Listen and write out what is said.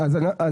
תגיד מה זה.